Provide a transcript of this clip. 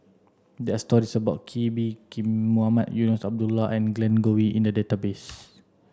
there are stories about Kee Bee Khim Mohamed Eunos Abdullah and Glen Goei in the database